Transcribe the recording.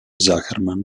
zuckerman